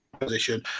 position